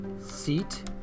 seat